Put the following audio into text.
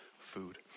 food